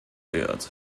wird